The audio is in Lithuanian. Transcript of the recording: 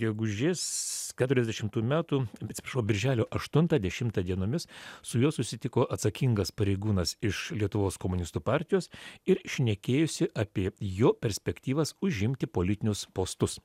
gegužės keturiasdešimtų metų atsiprašau birželio aštuntą dešimtą dienomis su juo susitiko atsakingas pareigūnas iš lietuvos komunistų partijos ir šnekėjosi apie jo perspektyvas užimti politinius postus